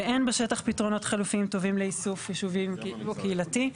ואין בשטח פתרונות חלופיים טובים לאיסוף יישובים או קהילתי.